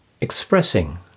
expressing